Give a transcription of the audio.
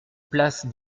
place